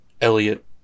Elliot